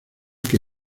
que